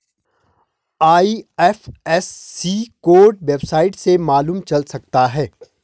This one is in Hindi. आई.एफ.एस.सी कोड वेबसाइट से मालूम चल सकता है